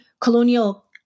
colonial